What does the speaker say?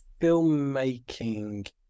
filmmaking